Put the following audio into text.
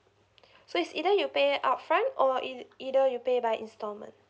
so is either you pay upfront or is either you pay by installment